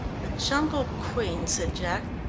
the jungle queen, said jack,